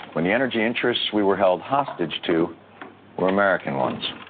when the energy interest we were held hostage to were american ones.